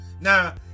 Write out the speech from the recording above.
now